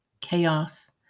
chaos